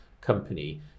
company